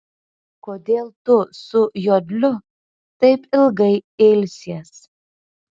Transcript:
kodėl tu su jodliu taip ilgai ilsies